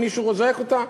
אם מישהו זועק אותה,